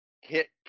hit